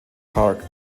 park